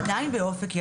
ועדיין באופק,